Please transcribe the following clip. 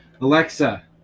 Alexa